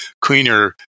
cleaner